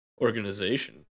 organization